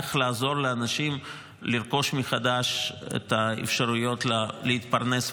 איך לעזור לאנשים לרכוש מחדש את האפשרויות להתפרנס,